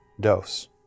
dose